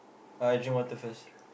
I drink water first